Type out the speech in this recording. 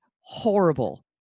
horrible